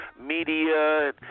media